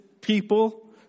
people